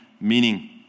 meaning